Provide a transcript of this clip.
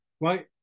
right